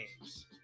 games